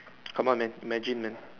come on man imagine man